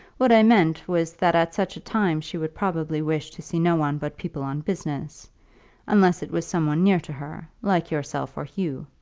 what i meant was that at such a time she would probably wish to see no one but people on business unless it was some one near to her, like yourself or hugh.